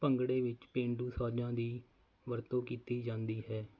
ਭੰਗੜੇ ਵਿੱਚ ਪੇਂਡੂ ਸਾਜ਼ਾਂ ਦੀ ਵਰਤੋਂ ਕੀਤੀ ਜਾਂਦੀ ਹੈ